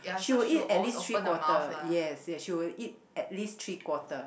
she will eat at least three quarter yes she will eat at least three quarter